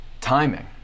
timing